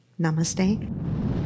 Namaste